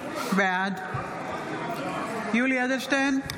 בעד יולי יואל אדלשטיין,